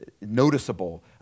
noticeable